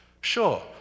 Sure